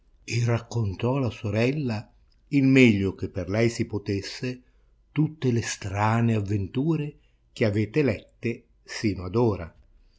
e raccontò alla sorella il meglio che per lei si potesse tutte le strane avventure che avete lette sino ad ora